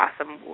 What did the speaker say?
awesome